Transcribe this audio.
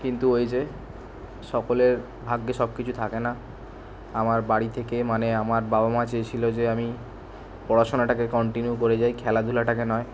কিন্তু ওই যে সকলের ভাগ্যে সব কিছু থাকে না আমার বাড়ি থেকে মানে আমার বাবা মা চেয়েছিল যে আমি পড়াশোনাটাকে কন্টিনিউ করে যাই খেলাধূলাটাকে নয়